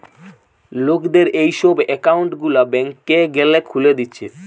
লোকদের এই সব একউন্ট গুলা ব্যাংকে গ্যালে খুলে দিতেছে